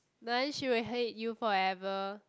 then she will hate you forever